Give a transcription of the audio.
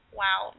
wow